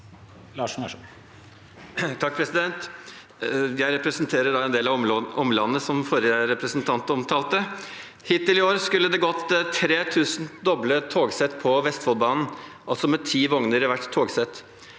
Larsen (H) Jeg representerer en del av omlandet som forrige representant omtalte. Hittil i år skulle det gått 3 000 doble togsett på Vestfoldbanen, altså med ti vogner i hvert togsett.